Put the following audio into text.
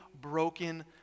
broken